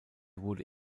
wurde